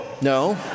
No